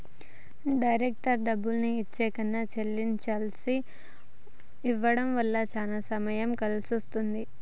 డైరెక్టుగా డబ్బుల్ని ఇచ్చే కన్నా చెక్కుల్ని ఇవ్వడం వల్ల చానా సమయం కలిసొస్తది